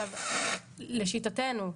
לשיטתנו,